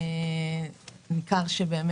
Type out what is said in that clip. אנחנו צריכים לדבר